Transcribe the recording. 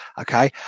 okay